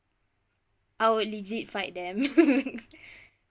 I would legit fight them